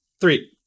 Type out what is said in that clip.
Three